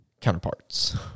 counterparts